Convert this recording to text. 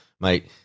mate